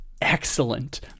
Excellent